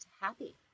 happy